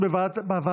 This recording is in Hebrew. התשפ"ב 2022,